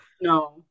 no